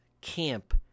camp